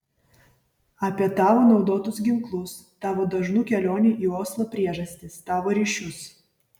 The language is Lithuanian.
apie tavo naudotus ginklus tavo dažnų kelionių į oslą priežastis tavo ryšius